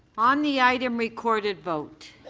on the item recorded vote.